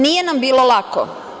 Nije nam bilo lako.